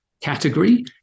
category